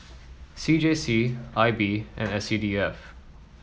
C J C I B and S C D F